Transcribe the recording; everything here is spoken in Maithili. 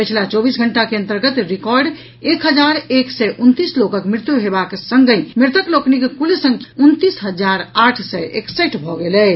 पछिला चौबीस घंटा के अन्तर्गत रिकॉर्ड एक हजार एक सय उनतीस लोकक मृत्यु हेबाक संगहि मृतक लोकनिक कुल संख्या उनतीस हजार आठ सय एकसठि भऽ गेल अछि